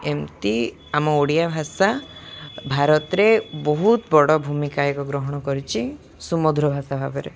ଏମିତି ଆମ ଓଡ଼ିଆ ଭାଷା ଭାରତରେ ବହୁତ ବଡ଼ ଭୂମିକା ଏକ ଗ୍ରହଣ କରିଛି ସୁମଧୁର ଭାଷା ଭାବରେ